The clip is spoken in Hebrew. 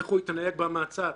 איך הוא יתנהג במעצר.